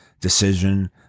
decision